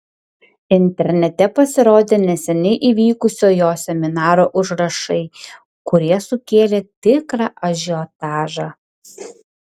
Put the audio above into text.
internete pasirodė neseniai įvykusio jo seminaro užrašai kurie sukėlė tikrą ažiotažą